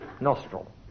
Nostril